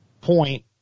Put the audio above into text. point